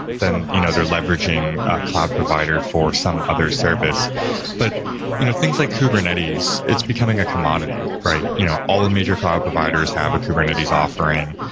then you know they're leveraging cloud provider for some other service but you know things like kubernetes, it's becoming a commodity. you know all the major cloud providers have a kubernetes offering.